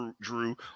Drew